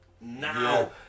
now